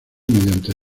mediante